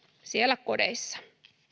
kodeissa